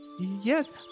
Yes